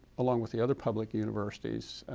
along with the other public universities,